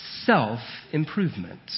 self-improvement